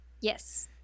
Yes